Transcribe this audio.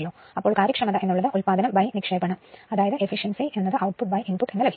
ഇപ്പോൾ നമുക്ക് കാര്യക്ഷമത എന്ന് ഉള്ളത് ഉത്പാദനം നിക്ഷേപണം efficiency outputinput എന്ന് ലഭിക്കും